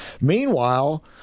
Meanwhile